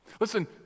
Listen